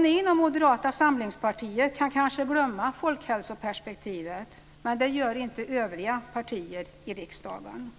Ni inom Moderata samlingspartiet kan kanske glömma folkhälsoperspektivet, men det gör inte övriga partier i riksdagen.